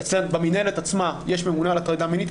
במינהלת עצמה יש ממונה על הטרדה מינית.